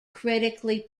critically